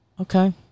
Okay